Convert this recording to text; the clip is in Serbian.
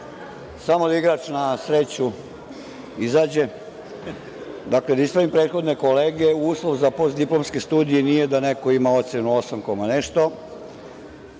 samo igrač na sreću da izađe. Dakle, da ispravim prethodne kolege, uslov za postdiplomske studije nije da neko ima ocenu osam